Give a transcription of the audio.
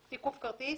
"תיקוף כרטיס"